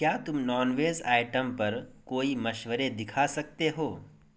کیا تم non veg item پر کوئی مشورے دکھا سکتے ہو